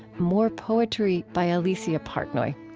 more poetry by alicia partnoy.